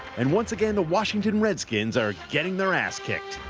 and once again, the washington redskins are getting their ass kicked.